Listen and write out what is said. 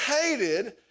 hated